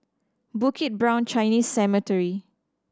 Bukit Brown Chinese Cemetery